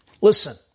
Listen